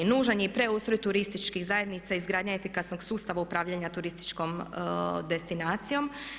Nužan je i preustroj turističkih zajednica, izgradnja efikasnog sustava upravljanja turističkom destinacijom.